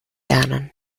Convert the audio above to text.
lernen